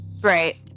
Right